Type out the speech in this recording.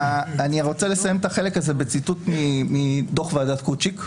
אני רוצה לסיים את החלק הזה בציטוט מתוך ועדת קוצ'יק,